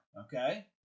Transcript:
okay